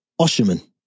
Osherman